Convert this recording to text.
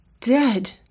dead